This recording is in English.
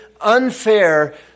unfair